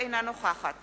אינה נוכחת